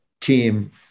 team